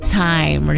time